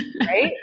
right